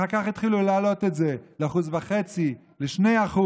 אחר כך התחילו להעלות את זה ל-1.5%, ל-2%.